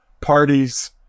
parties